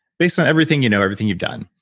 based on everything you know, everything you've done,